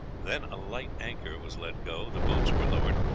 then a light anchor was let go, the boats were lowered,